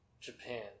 japan